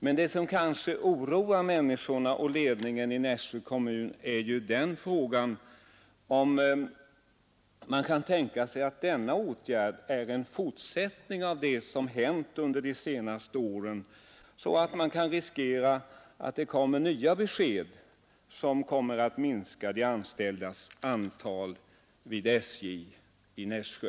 Men vad som oroar människorna och ledningen i Nässjö kommun är om denna åtgärd är en fortsättning på vad som hänt under de senaste åren så att man kan riskera att få nya besked som kommer att minska de anställdas antal vid SJ i Nässjö.